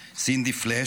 סינדי פלש,